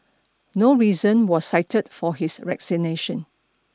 no reason was cited for his resignation